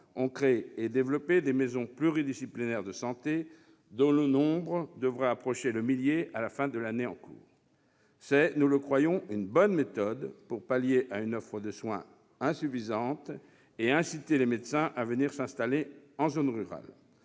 ont créé et développé des maisons pluridisciplinaires de santé, dont le nombre devrait approcher le millier à la fin de l'année en cours. C'est, nous le pensons, une bonne méthode pour pallier une offre de soins insuffisante et inciter les médecins à s'installer en zone rurale.